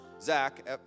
Zach